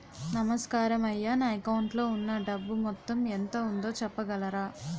నమస్కారం అయ్యా నా అకౌంట్ లో ఉన్నా డబ్బు మొత్తం ఎంత ఉందో చెప్పగలరా?